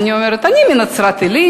אני אומרת: אני מנצרת-עילית,